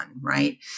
right